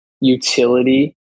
utility